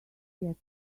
get